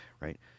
right